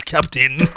Captain